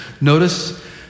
Notice